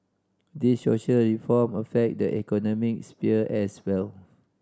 the social reform affect the economic sphere as well